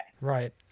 Right